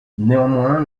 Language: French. néanmoins